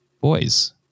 Boys